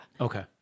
Okay